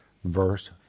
Verse